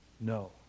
no